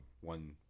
one